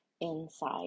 inside